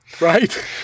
Right